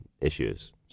issues